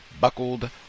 buckled